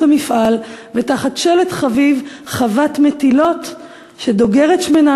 המפעל/ ותחת שלט חביב ('חוות מטילות')/ שדוגרת שמנה